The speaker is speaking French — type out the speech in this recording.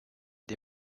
des